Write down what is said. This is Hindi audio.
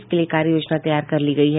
इसके लिए कार्ययोजना तैयार कर ली गयी है